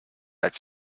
als